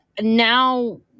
now